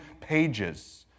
pages